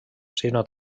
sinó